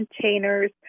containers